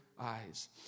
eyes